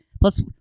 plus